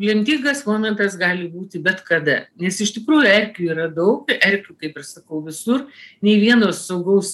lemtingas momentas gali būti bet kada iš tikrųjų erkių yra dau erkių kaip ir sakau visur nei vieno saugaus